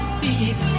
thief